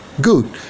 Good